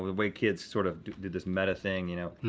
way kids sort of did this meta thing, you know.